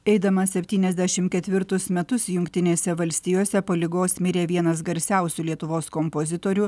eidamas septyniasdešimt ketvirtus metus jungtinėse valstijose po ligos mirė vienas garsiausių lietuvos kompozitorių